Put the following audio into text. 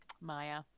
Maya